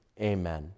Amen